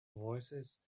voicesand